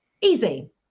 Easy